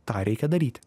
tą reikia daryti